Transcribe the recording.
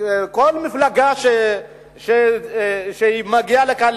שכל מפלגה שמגיעה לכאן,